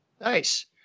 Nice